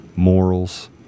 morals